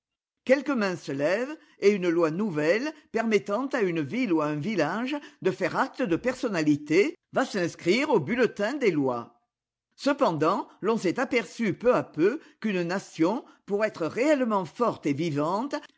quelques mains se lèvent et une loi nouvelle permettant à une ville ou à un village de faire acte de personnalité va s'inscrire au bulletin des lois cependant l'on s'est aperçu peu à peu qu'une nation pour être réellement forte et vivante